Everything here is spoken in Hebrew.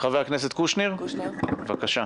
חבר הכנסת קושניר, בבקשה.